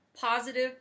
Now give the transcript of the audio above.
positive